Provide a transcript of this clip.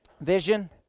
vision